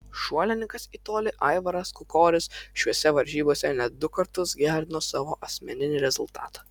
šuolininkas į tolį aivaras kukoris šiose varžybose net du kartus gerino savo asmeninį rezultatą